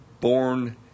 born